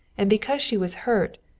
and because she was hurt,